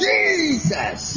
Jesus